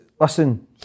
listen